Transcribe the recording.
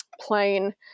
plain